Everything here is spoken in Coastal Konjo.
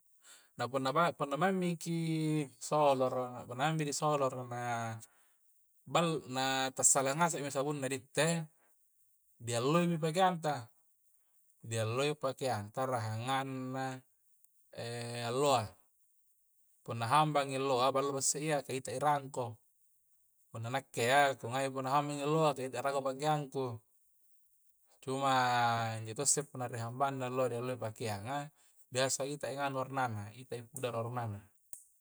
Na punna ma punna maeng meki soloroa punna hampei soloroa na na bal na tassala ngasengmi sabunna di itte di alloimi pakeanta di alloi pakeanta rahanganna alloa punna hambangi alloa ballo pi isse iya kah di ittei rangko punna nakkea ku ngai punna hambangi alloa ka ku ittei rakko pakeangku cuma injo to' si punna rie ambanna alloa ri loe di pakeanga biasa ita yalor nana a itta pudari warna na